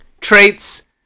Traits